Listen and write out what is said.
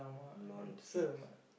nonsense